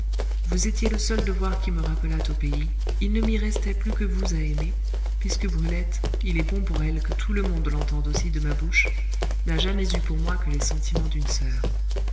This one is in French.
vous étiez le seul devoir qui me rappelât au pays il ne m'y restait plus que vous à aimer puisque brulette il est bon pour elle que tout le monde l'entende aussi de ma bouche n'a jamais eu pour moi que les sentiments d'une soeur